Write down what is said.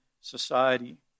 society